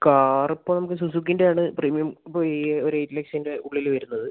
car ഇപ്പോൾ നമുക്ക് സുസുക്കീൻ്റെ ആണ് പ്രീമിയം ഇപ്പോൾ ഈ ഒരു എയിറ്റ് ലാക്ക്സിൻ്റെ ഉള്ളിൽ വരുന്നത്